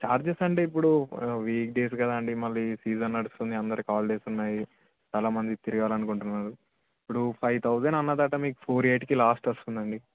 charges అంటే ఇప్పుడు week days కదా అండి మళ్ళీ సీజన్ నడుస్తుంది అందరికి హాలిడేస్ ఉన్నాయి చాలా మంది తిరగాలనుకుంటున్నారు ఇప్పుడు ఫైవ్ తౌజండ్ అన్నదట మీకు ఫోర్ ఎయిట్కి లాస్ట్ వస్తుందండి